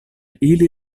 ili